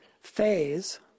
phase